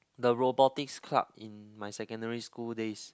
the robotics club in my secondary school days